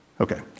Okay